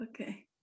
Okay